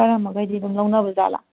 ꯈꯔ ꯃꯈꯩꯗꯤ ꯑꯗꯨꯝ ꯂꯧꯅꯕ ꯖꯥꯠꯂ